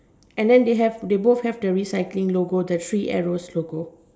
and then they have they both have the recycling logo the three arrows logo